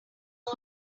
all